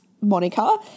Monica